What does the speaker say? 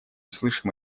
слышим